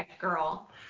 girl